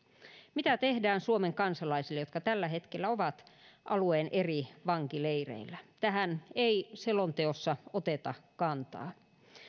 mitä tehdään suomen kansalaisille jotka tällä hetkellä ovat alueen eri vankileireillä tähän ei selonteossa oteta kantaa